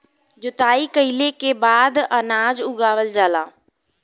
जोताई कइले के बाद अनाज उगावल जाला